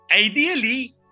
ideally